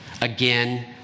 again